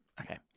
okay